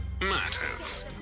matters